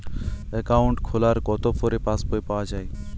Account খোলার কতো পরে পাস বই পাওয়া য়ায়?